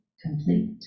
complete